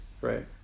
right